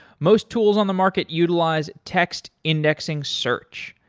most tools on the market utilize text indexing search.